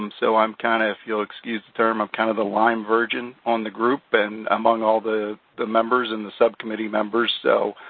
um so i'm kind of-if you'll excuse the term-i'm kind of a lyme virgin on the group. and among all the the members and the subcommittee members, so